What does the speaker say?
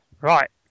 Right